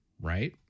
Right